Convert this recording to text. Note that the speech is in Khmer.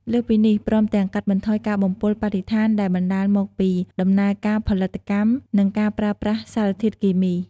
លើសពីនេះ ព្រមទាំងកាត់បន្ថយការបំពុលបរិស្ថានដែលបណ្ដាលមកពីដំណើរការផលិតកម្ម និងការប្រើប្រាស់សារធាតុគីមី។